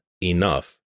enough